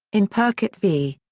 in purkett v.